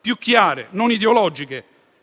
più chiare e non ideologiche,